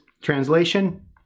Translation